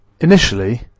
Initially